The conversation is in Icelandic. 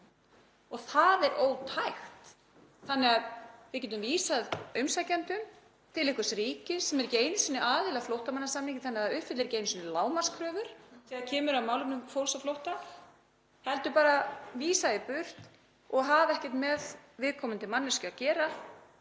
Það er ótækt. Við getum vísað umsækjendum til einhvers ríkis sem er ekki einu sinni aðili að flóttamannasamningi þannig að það uppfyllir ekki einu sinni lágmarkskröfur þegar kemur að málefnum fólks á flótta heldur vísar því bara burt og hefur ekkert með viðkomandi manneskju að gera